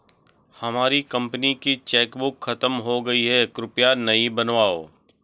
हमारी कंपनी की चेकबुक खत्म हो गई है, कृपया नई बनवाओ